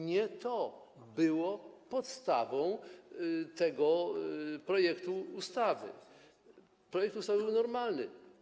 Nie to było podstawą tego projektu ustawy, projekt ustawy był normalny.